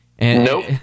nope